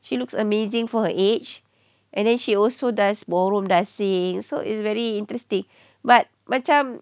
she looks amazing for her age and then she also does ballroom dancing so it's very interesting but macam